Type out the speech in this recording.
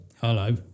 Hello